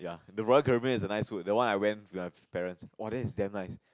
the Royal-Caribbean is a nice food that one I went with my parents !wah! then it's damn nice